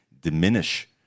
diminish